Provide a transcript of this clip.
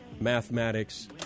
mathematics